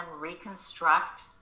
reconstruct